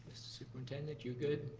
superintendent, you good?